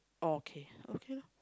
okay okay lor